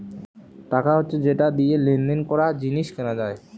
টাকা হচ্ছে যেটা দিয়ে লেনদেন করা, জিনিস কেনা যায়